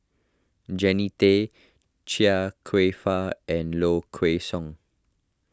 Jannie Tay Chia Kwek Fah and Low Kway Song